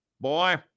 Boy